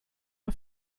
auf